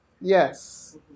Yes